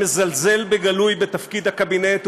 הקבינט,